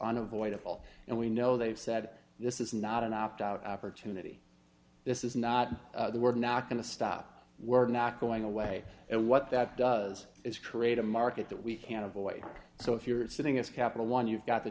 unavoidable and we know they've said this is not an opt out opportunity this is not the we're not going to stop we're not going away and what that does is create a market that we can't avoid so if you're sitting us capital one you've got the